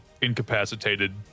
incapacitated